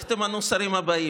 איך תמנו את השרים הבאים?